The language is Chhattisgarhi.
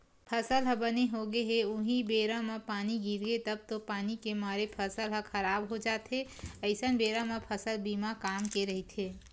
फसल ह बने होगे हे उहीं बेरा म पानी गिरगे तब तो पानी के मारे फसल ह खराब हो जाथे अइसन बेरा म फसल बीमा काम के रहिथे